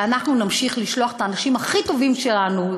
ואנחנו נמשיך לשלוח את האנשים הכי טובים שלנו,